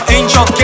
Angel